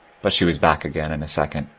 but she was back again in a second.